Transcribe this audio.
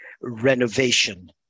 renovation